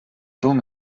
turm